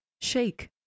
shake